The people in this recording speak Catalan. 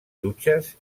dutxes